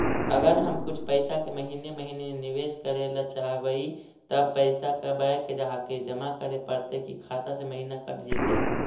अगर हम कुछ पैसा के महिने महिने निबेस करे ल चाहबइ तब पैसा बैक आके जमा करे पड़तै कि खाता से महिना कट जितै?